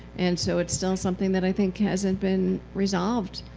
and so it's still something that i think hasn't been resolved